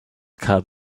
cup